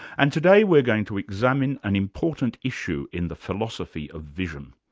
and today we're going to examine an important issue in the philosophy of vision.